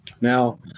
Now